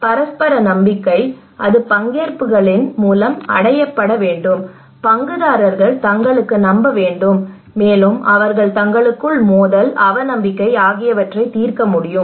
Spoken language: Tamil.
பரஸ்பர நம்பிக்கை அது பங்கேற்புகளின் மூலம் அடையப்பட வேண்டும் பங்குதாரர்கள் தங்களுக்குள் நம்ப வேண்டும் மேலும் அவர்கள் தங்களுக்குள் மோதல் அவநம்பிக்கை ஆகியவற்றைத் தீர்க்க முடியும்